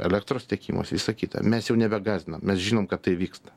elektros tiekimas visa kita mes jau nebegąsdinam mes žinom kad tai vyksta